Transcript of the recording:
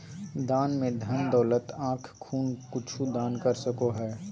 दान में धन दौलत आँख खून कुछु दान कर सको हइ